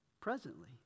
Presently